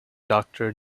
doctor